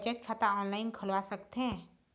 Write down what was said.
बचत खाता ऑनलाइन खोलवा सकथें?